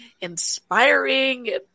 inspiring